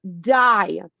die